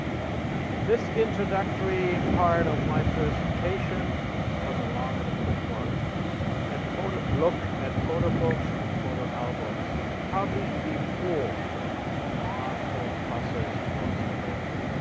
this introductory part of my presentation was a long and a quick one at look at photo books and photo albums published before the halftone process was available.